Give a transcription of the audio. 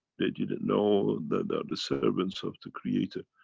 they didn't know that they are the servants of the creator.